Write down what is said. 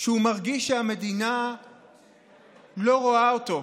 שהוא מרגיש שהמדינה לא רואה אותו,